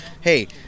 hey